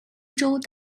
非洲